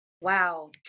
Wow